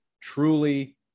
truly